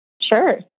Sure